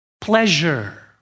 Pleasure